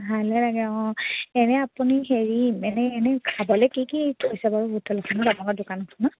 ভালহে লাগে অঁ এনেই আপুনি হেৰি এনেই এনেই খাবলৈ কি কি কৰিছে বাৰু হোটেলখনত আপোনাৰ দোকানখনত